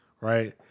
right